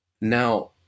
Now